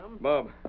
Bob